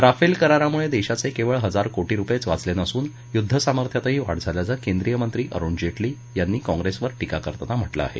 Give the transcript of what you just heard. Rafale करारामुळे देशाचे केवळ हजारो कोटी रुपयेच वाचले नसून युद्धसामर्थ्यातही वाढ झाल्याचं केंद्रीय मंत्री अरुण जेटली यांनी काँग्रेसवर टीका करताना म्हटलं आहे